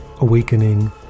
awakening